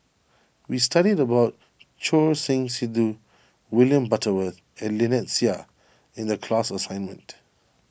we studied about Choor Singh Sidhu William Butterworth and Lynnette Seah in the class assignment